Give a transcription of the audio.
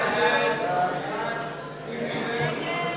סעיף 22,